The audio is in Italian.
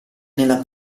nella